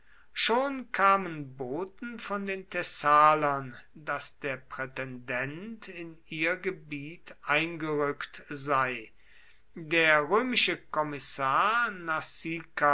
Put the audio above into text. schon kamen boten von den thessalern daß der prätendent in ihr gebiet eingerückt sei der römische kommissar